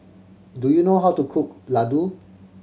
do you know how to cook laddu